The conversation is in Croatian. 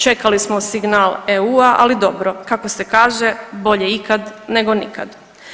Čekali smo signal EU-a, ali dobro kako se kaže bolje ikad nego nikad.